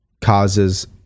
causes